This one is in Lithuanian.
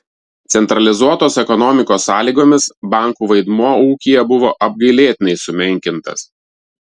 centralizuotos ekonomikos sąlygomis bankų vaidmuo ūkyje buvo apgailėtinai sumenkintas